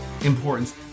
importance